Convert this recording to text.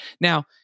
Now